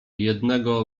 jednego